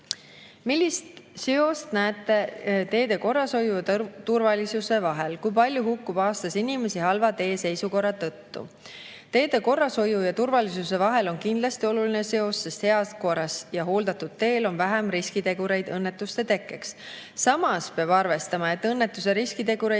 "Millist seost näete teede korrashoiu ja turvalisuse vahel? Kui palju hukkub aastas inimesi halva teeseisukorra tõttu?" Teede korrashoiu ja turvalisuse vahel on kindlasti oluline seos, sest heas korras ja hooldatud teel on vähem riskitegureid õnnetuste tekkeks. Samas peab arvestama, et õnnetuse riskitegureid